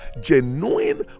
genuine